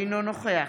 אינו נוכח